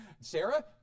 Sarah